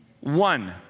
one